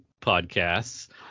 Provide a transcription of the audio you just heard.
Podcasts